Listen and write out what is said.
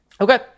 Okay